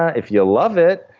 if you love it.